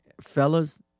fellas